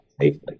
safely